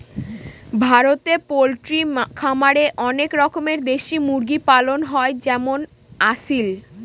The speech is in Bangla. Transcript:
ভারতে পোল্ট্রি খামারে অনেক রকমের দেশি মুরগি পালন হয় যেমন আসিল